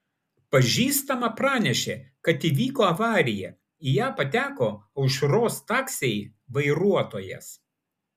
pažįstama pranešė kad įvyko avarija į ją pateko aušros taksiai vairuotojas